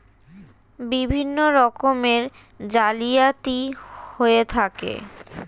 বিভিন্ন রকমের জালিয়াতি হয়ে থাকে